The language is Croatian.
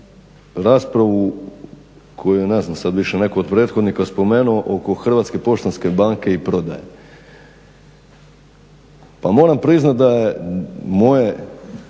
raspravu koju je ne znam sad više netko od prethodnika spomenuo oko HPB-a i prodaje. Pa moram priznati da je moje